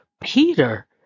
Peter